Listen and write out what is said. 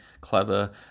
clever